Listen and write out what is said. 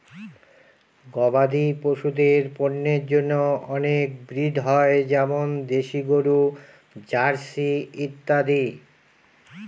গবাদি পশুদের পন্যের জন্য অনেক ব্রিড হয় যেমন দেশি গরু, জার্সি ইত্যাদি